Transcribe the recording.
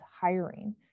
hiring